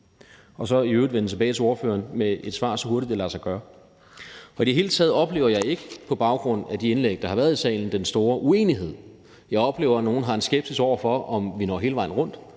og så i øvrigt vende tilbage til ordføreren med et svar, så hurtigt det lader sig gøre. I det hele taget oplever jeg ikke på baggrund af de indlæg, der har været i salen, den store uenighed. Jeg oplever, at nogle har en skepsis over for, om vi når hele vejen rundt,